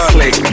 Click